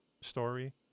story